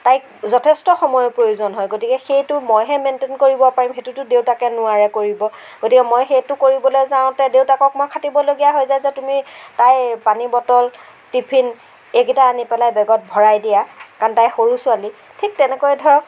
তাইক যথেষ্ট সময়ৰ প্ৰয়োজন হয় গতিকে সেইটো মইহে মেইনটেইন কৰিব পাৰিম সেইটোটো দেউতাকে নোৱাৰে কৰিব গতিকে মই সেইটো কৰিবলৈ যাওঁতে দেউতাকক মই খাটিবলগীয়া হৈ যায় যে তুমি তাইৰ পানী বটল টিফিন এইকেইটা আনি পেলাই বেগত ভৰাই দিয়া কাৰণ তাই সৰু ছোৱালী ঠিক তেনেকৈ ধৰক